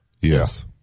Yes